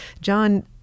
John